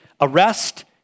arrest